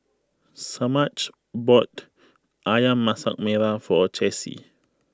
Semaj bought Ayam Masak Merah for Chessie